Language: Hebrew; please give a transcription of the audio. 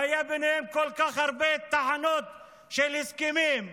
היו ביניהם כל כך הרבה תחנות של הסכמים.